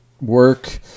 work